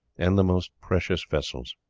and the most precious vessels.